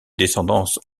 descendance